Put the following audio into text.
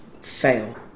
fail